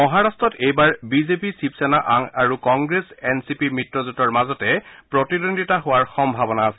মহাৰাট্টত এইবাৰ বিজেপি শিৱসেনা আৰু কংগ্ৰেছ এন চি পি মিত্ৰজোঁটৰ মাজতে প্ৰতিদ্বন্দ্বিতা হোৱাৰ সম্ভাবনা আছে